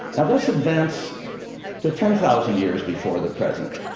now let's advance to ten thousand years before the present.